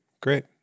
great